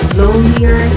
lonelier